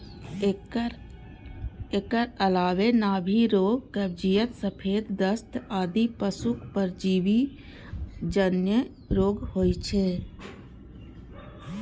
एकर अलावे नाभि रोग, कब्जियत, सफेद दस्त आदि पशुक परजीवी जन्य रोग होइ छै